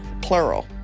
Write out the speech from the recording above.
plural